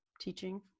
teaching